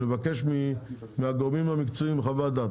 לבקש מהגורמים המקצועיים חוות דעת.